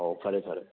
ꯑꯣ ꯐꯔꯦ ꯐꯔꯦ